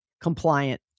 compliant